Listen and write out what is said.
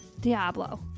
Diablo